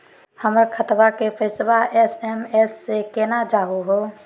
हमर खतवा के पैसवा एस.एम.एस स केना जानहु हो?